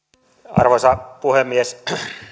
arvoisa puhemies